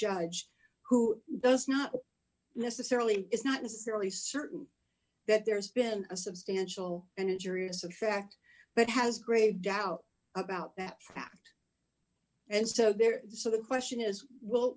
judge who does not necessarily is not necessarily certain that there's been a substantial and injurious effect but has grave doubt about that fact and so there so the question is well